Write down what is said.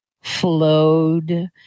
flowed